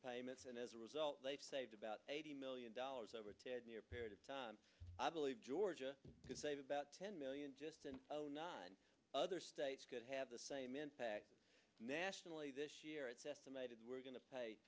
payments and as a result they've saved about eighty million dollars over ten year period of time i believe georgia could save about ten million just in nine other states could have the same impact nationally this year it's estimated we're going to pay